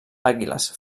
àguiles